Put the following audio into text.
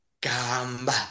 Gamba